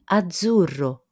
azzurro